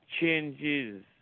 changes